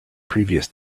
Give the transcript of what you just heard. previous